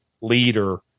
leader